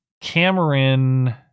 cameron